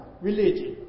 religion